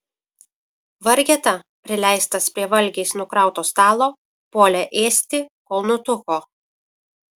vargeta prileistas prie valgiais nukrauto stalo puolė ėsti kol nutuko